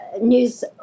news